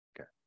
Okay